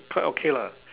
quite okay lah